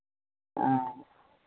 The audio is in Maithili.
हँ